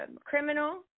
Criminal